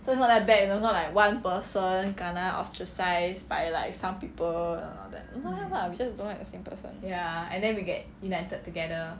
so it's not that bad it was not like one person kena ostracised by like some people and all that don't have lah we just don't like the same person